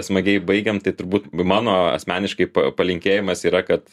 smagiai baigiam tai turbūt mano asmeniškai palinkėjimas yra kad